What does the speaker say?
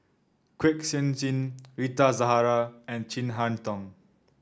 Kwek Siew Jin Rita Zahara and Chin Harn Tong